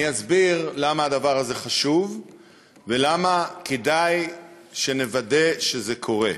אני אסביר למה הדבר הזה חשוב ולמה כדאי שנוודא שזה קורה.